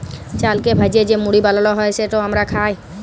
চালকে ভ্যাইজে যে মুড়ি বালাল হ্যয় যেট আমরা খাই